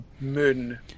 moon